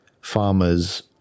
farmers